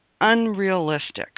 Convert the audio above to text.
Unrealistic